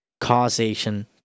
causation